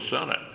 Senate